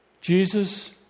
Jesus